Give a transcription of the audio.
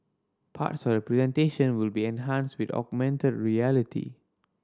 parts of presentation will be enhanced with augmented reality